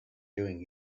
doing